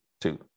two